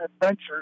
adventure